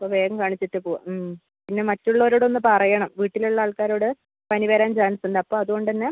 അപ്പം വേഗം കാണിച്ചിട്ട് പോവാം മ് പിന്നെ മറ്റുള്ളവരോട് ഒന്ന് പറയണം വീട്ടിലുള്ള ആൾക്കാരോട് പനി വരാൻ ചാൻസ് ഉണ്ട് അപ്പം അതുകൊണ്ട് തന്നെ